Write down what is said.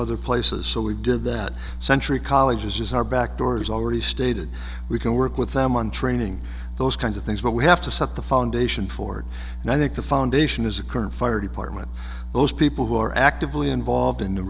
other places so we did that century colleges is our back door is already stated we can work with them on training those kinds of things but we have to set the foundation for it and i think the foundation is a current fire department those people who are actively involved in